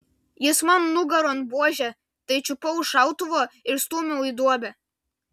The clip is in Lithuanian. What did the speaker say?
jis man nugaron buože tai čiupau už šautuvo ir stūmiau į duobę